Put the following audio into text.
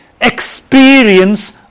experience